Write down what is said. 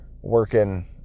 working